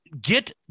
get